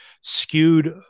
skewed